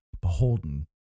beholden